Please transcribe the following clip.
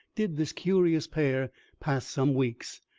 did this curious pair pass some weeks,